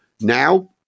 now